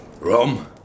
Rum